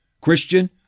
Christian